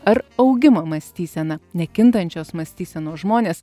ar augimo mąstysena nekintančios mąstysenos žmonės